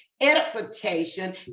edification